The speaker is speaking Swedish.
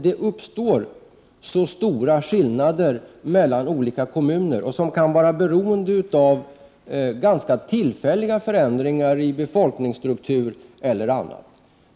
Det uppstår nämligen stora skillnader mellan olika kommuner som kan bero på ganska tillfälliga förändringar i befolkningsstruktur, osv.